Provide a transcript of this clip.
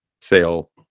sale